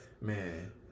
man